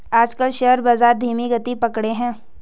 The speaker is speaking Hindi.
आजकल शेयर बाजार धीमी गति पकड़े हैं